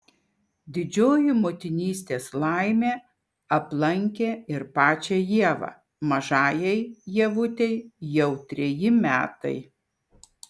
didžioji motinystės laimė aplankė ir pačią ievą mažajai ievutei jau treji metai